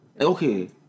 okay